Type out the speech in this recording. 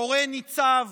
קורא ניצב